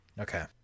Okay